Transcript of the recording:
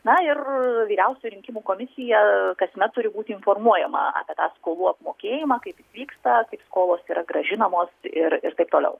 na ir vyriausioji rinkimų komisija kasmet turi būti informuojama apie tą skolų apmokėjimą kaip vyksta kaip skolos yra grąžinamos ir ir taip toliau